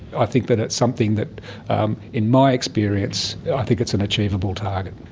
i think that it's something that in my experience i think it's an achievable target.